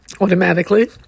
automatically